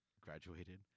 graduated